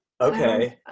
Okay